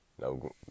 No